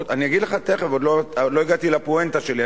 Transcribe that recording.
אני אגיד לך תיכף, עוד לא הגעתי לפואנטה שלי.